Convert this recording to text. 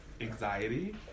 anxiety